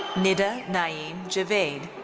nida naeem javaid.